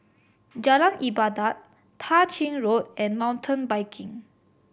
Jalan Ibadat Tah Ching Road and Mountain Biking